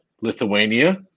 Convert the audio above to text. Lithuania